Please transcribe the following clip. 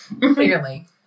Clearly